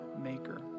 maker